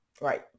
Right